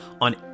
on